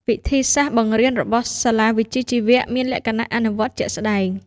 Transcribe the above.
វិធីសាស្ត្របង្រៀនរបស់សាលាវិជ្ជាជីវៈមានលក្ខណៈ អនុវត្តជាក់ស្តែង។